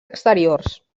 exteriors